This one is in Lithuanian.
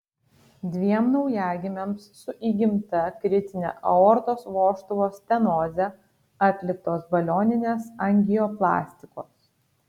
dviem naujagimiams su įgimta kritine aortos vožtuvo stenoze atliktos balioninės angioplastikos